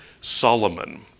Solomon